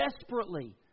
desperately